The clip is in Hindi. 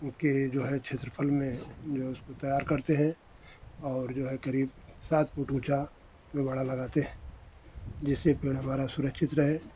के जो है क्षेत्रफल में जो है जो उसको तैयार करते हैं और जो है करीब सात फुट ऊँचा बाड़ा लगाते हैं जिससे पेड़ हमारा सुरक्षित रहे